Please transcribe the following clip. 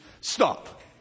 stop